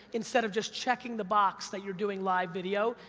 instead of just checking the box that you're doing live video?